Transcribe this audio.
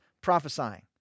prophesying